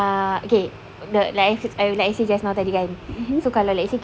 ah okay like I said like I said just now tadi kan so kalau let's say